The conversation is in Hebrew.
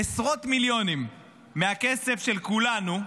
עשרות מיליונים מהכסף של כולנו,